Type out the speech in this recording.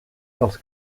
dels